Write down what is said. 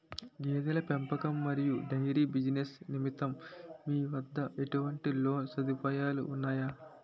గేదెల పెంపకం మరియు డైరీ బిజినెస్ నిమిత్తం మీ వద్ద ఎటువంటి లోన్ సదుపాయాలు ఉన్నాయి?